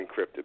encrypted